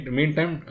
meantime